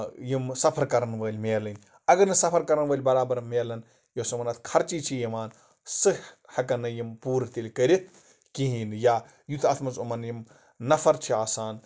یِم سَفر کرن وٲلۍ مِلٕنۍ اَگر نہٕ سَفر کَرَن وٲلۍ بَرابر مِلَن یۄس سۄ وۄنۍ اَتھ خرچہٕ چھِ یوان سُہ ہٮ۪کن نہٕ یِم پوٗرٕ تیٚلہِ کٔرِتھ کِہیٖنۍ نہٕ یا یُتھ اَتھ منٛز یِمن یِم نَفر چھِ آسان